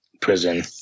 prison